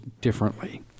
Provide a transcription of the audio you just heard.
Differently